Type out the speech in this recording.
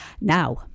Now